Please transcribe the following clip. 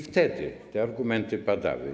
Wtedy te argumenty padały.